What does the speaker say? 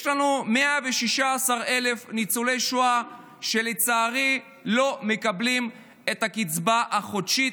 יש לנו 116,000 ניצולי שואה שלצערי לא מקבלים את הקצבה החודשית